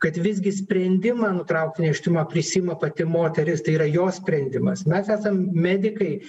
kad visgi sprendimą nutraukti nėštumą prisiima pati moteris tai yra jos sprendimas mes esam medikai